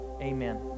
Amen